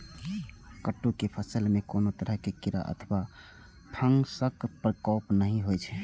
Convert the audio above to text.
कट्टू के फसल मे कोनो तरह कीड़ा अथवा फंगसक प्रकोप नहि होइ छै